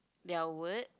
their word